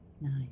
Nice